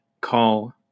Call